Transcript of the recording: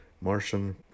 Martian